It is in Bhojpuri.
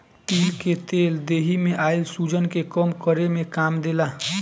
तिल कअ तेल देहि में आइल सुजन के कम करे में काम देला